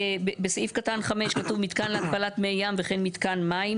בסעיף קטן (5) כתוב "מתקן להתפלת מי ים וכן מתקן מים".